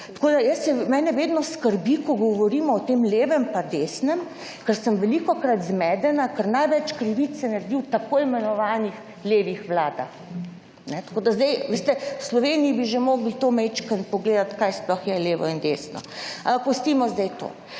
Tako, da mene vedno skrbi, ko govorimo o tem leve in desnem, ker sem velikokrat zmedena, ker največ krivic se naredi v tako imenovanih levih vladah. Tako, da zdaj, veste, v Sloveniji bi že mogli to malo pogledati kaj sploh je levo in desno, ampak pustimo zdaj to.